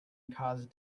cause